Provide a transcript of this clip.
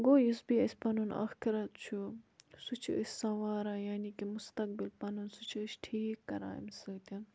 گوٚو یُس بیٚیہِ اَسہِ پَنُن آخرت چھُ سُہ چھِ أسۍ سَواران یعنی کہِ مُستقبِل پَنُن سُہ چھِ أسۍ ٹھیٖک کَران اَمہِ سۭتۍ